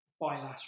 bilateral